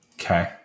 Okay